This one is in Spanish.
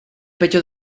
pecho